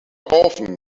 often